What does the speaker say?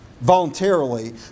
voluntarily